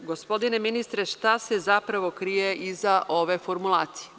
Gospodine ministre, šta se zapravo krije iza ove formulacije?